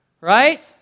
right